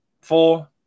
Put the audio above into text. four